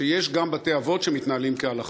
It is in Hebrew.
שיש גם בתי-אבות שמתנהלים כהלכה,